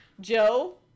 Joe